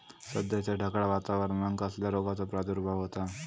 सध्याच्या ढगाळ वातावरणान कसल्या रोगाचो प्रादुर्भाव होता?